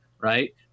right